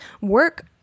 work